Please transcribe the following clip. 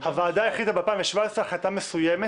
הוועדה החליטה ב-2017 החלטה מסוימת